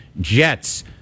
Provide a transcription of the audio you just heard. Jets